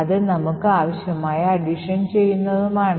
അത് നമുക്ക് ആവശ്യമായ അഡിഷൻ ചെയ്യുന്നതുമാണ്